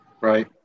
Right